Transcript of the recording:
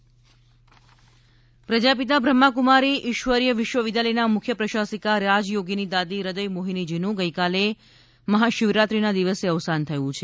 હૃદય મોહિનીજીનું અવસાન પ્રજાપિતા બ્રહ્માકુમારી ઈશ્વરીય વિશ્વ વિધ્યાલયના મુખ્ય પ્રશાસિકા રાજયોગીની દાદી હૃદયમોહિનીજીનું ગઈકાલે મહાશિવરાત્રીના દિવસે અવસાન થયું છે